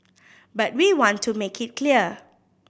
but we want to make it clear